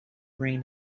bring